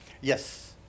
Yes